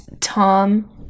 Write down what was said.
Tom